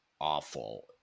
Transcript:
awful